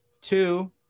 Two